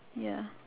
ya